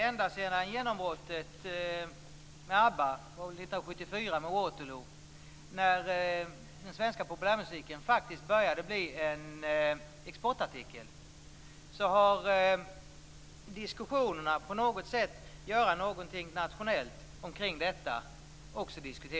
Ända sedan genombrottet för ABBA 1974 med Waterloo, när den svenska populärmusiken började bli en exportartikel, har man också diskuterat att göra något nationellt kring detta.